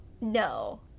No